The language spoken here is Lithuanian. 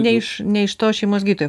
ne iš ne iš to šeimos gydytojo